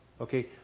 Okay